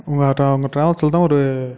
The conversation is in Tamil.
உங்கட்ட உங்கள் ட்ராவல்ஸ்சில்தான் ஒரு